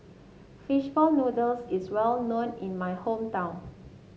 fish ball noodles is well known in my hometown